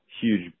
huge